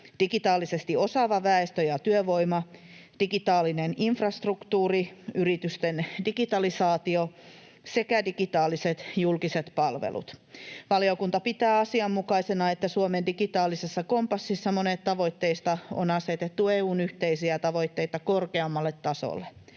digitaalisesti osaava väestö ja työvoima, digitaalinen infrastruktuuri, yritysten digitalisaatio sekä digitaaliset julkiset palvelut. Valiokunta pitää asianmukaisena, että Suomen digitaalisessa kompassissa monet tavoitteista on asetettu EU:n yhteisiä tavoitteita korkeammalle tasolle.